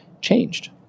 changed